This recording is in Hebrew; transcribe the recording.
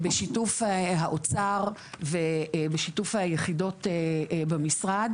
בשיתוף האוצר ובשיתוף היחידות במשרד,